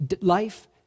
life